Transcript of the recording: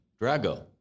Drago